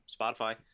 Spotify